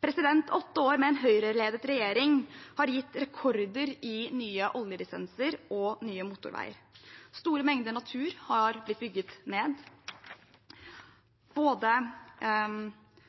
Åtte år med en Høyre-ledet regjering har gitt rekorder i nye oljelisenser og nye motorveier. Store mengder natur er blitt bygget ned,